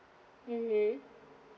mmhmm